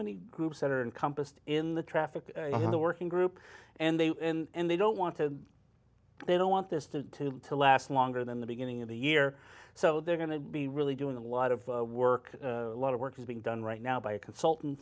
many groups that are in compassed in the traffic in the working group and they and they don't want to they don't want this to to last longer than the beginning of the year so they're going to be really doing a lot of work a lot of work is being done right now by a consultant